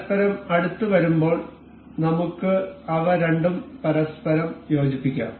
പരസ്പരം അടുത്ത് വരുമ്പോൾ നമുക്ക് അവ രണ്ടും പരസ്പരം യോജിപ്പിക്കാം